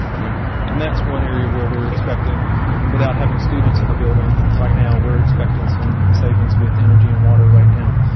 yeah and that's one area where we're expecting without having students in the building. right now. we're expecting some savings with energy and water right now.